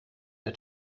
der